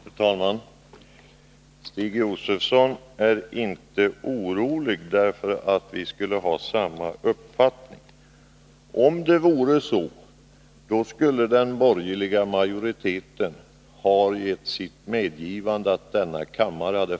Herr talman! Stig Josefson är inte orolig, eftersom vi skulle ha samma uppfattning. Om det vore så, skulle den borgerliga majoriteten ha gett sitt medgivande till att denna kammare hade.